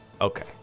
Okay